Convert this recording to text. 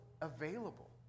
available